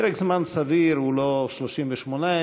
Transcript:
פרק זמן סביר הוא לא 38 ימים,